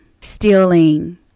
stealing